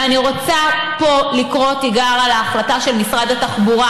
ואני רוצה פה לקרוא תיגר על ההחלטה של משרד התחבורה,